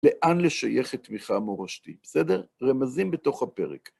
לאן לשייך את מיכה המורשתי? בסדר? רמזים בתוך הפרק.